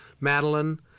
Madeline